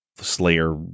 slayer